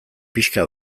pixka